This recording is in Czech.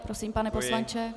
Prosím, pane poslanče.